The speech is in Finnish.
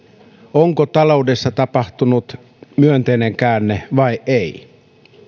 onko taloudessa tapahtunut myönteinen käänne vai ei